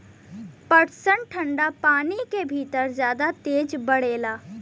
पटसन ठंडा पानी के भितर जादा तेज बढ़ेला